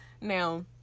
Now